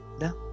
No